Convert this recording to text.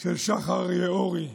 של שחר יאורי,